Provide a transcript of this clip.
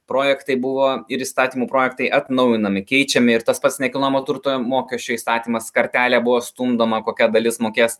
projektai buvo ir įstatymų projektai atnaujinami keičiami ir tas pats nekilnojamo turto mokesčio įstatymas kartelė buvo stumdoma kokia dalis mokės